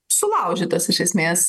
sulaužytos iš esmės